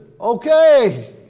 okay